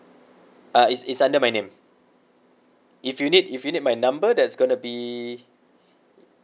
uh is is under my name if you need if you need my number that's gonna be